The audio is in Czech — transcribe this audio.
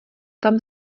tam